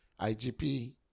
IGP